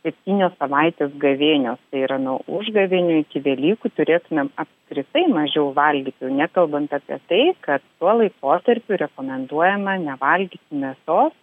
septynios savaitės gavėnios tai yra nuo užgavėnių iki velykų turėtumėm apskritai mažiau valgyti jau nekalbant apie tai kad tuo laikotarpiu rekomenduojama nevalgyti mėsos